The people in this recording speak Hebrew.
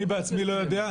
אני בעצמי איני יודע.